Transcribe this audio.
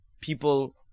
people